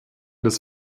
des